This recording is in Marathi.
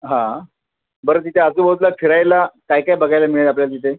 हां बरं तिथे आजूबाजला फिरायला काय काय बघायला मिळेल आपल्याला तिथे